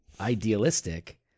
idealistic